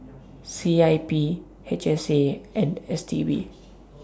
C I P H S A and S T B